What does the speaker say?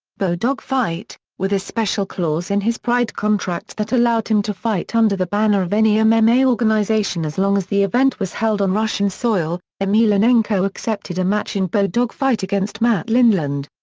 bodogfight with a special clause in his pride contract that allowed him to fight under the banner of any ah mma organization as long as the event was held on russian soil, emelianenko accepted a match in bodogfight against matt lindland.